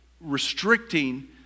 restricting